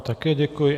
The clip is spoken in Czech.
Také děkuji.